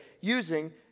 using